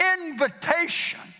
invitation